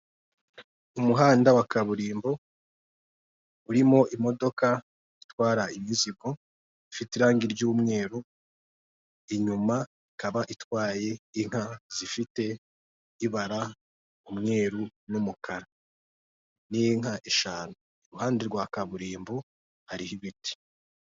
Umuhanda wa kaburimbo urimo imodoka itwara imizigo, ifite irangi ry'umweru, inyuma ikaba itwaye inka zifite ibara umweru n'umukara, ni inka eshanu, iruhande rwa kaburimbo hariho ibiti.